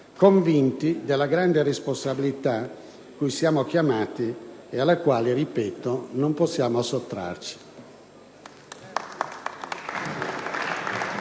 convinti della grande responsabilità cui siamo chiamati e alla quale, ripeto, non possiamo sottrarci.